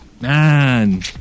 man